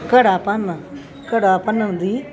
ਘੜਾ ਭੰਨ ਘੜਾ ਭੰਨਣ ਦੀ